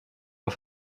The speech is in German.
auf